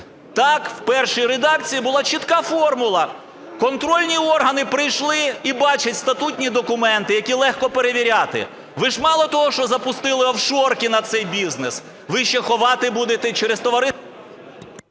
Так, в першій редакції була чітка формула. Контрольні органи прийшли і бачать статутні документи, які легко перевіряти. Ви ж мало того, що запустили "офшорки" на цей бізнес, ви ще ховати будете через …